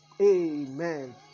amen